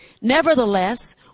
Nevertheless